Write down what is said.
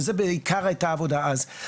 וזה בעיקר הייתה העבודה אז.